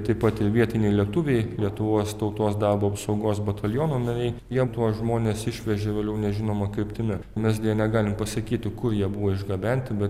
taip pat ir vietiniai lietuviai lietuvos tautos darbo apsaugos bataliono nariai jie tuos žmones išvežė vėliau nežinoma kryptimi mes deja negalim pasakyti kur jie buvo išgabenti bet